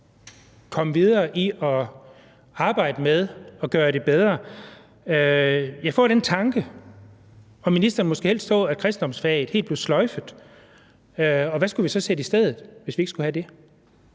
komme videre og arbejde med at gøre det bedre? Jeg får den tanke, at ministeren måske helst så, at kristendomsfaget helt blev sløjfet. Og hvad skulle vi så sætte i stedet, hvis vi ikke skulle have det?